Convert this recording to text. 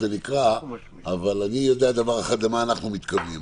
אבל אני יודע למה אנחנו מתכוונים.